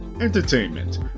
entertainment